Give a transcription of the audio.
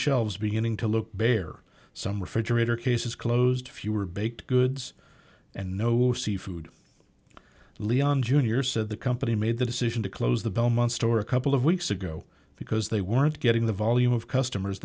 shelves beginning to look bare some refrigerator cases closed fewer baked goods and no seafood leon jr said the company made the decision to close the belmont store a couple of weeks ago because they weren't getting the volume of customers